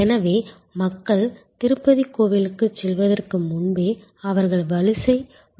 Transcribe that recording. எனவே மக்கள் திருப்பதி கோவிலுக்கு செல்வதற்கு முன்பே அவர்கள் வரிசை வளாகத்தில் இருக்கிறார்கள்